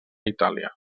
itàlia